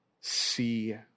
see